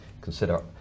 consider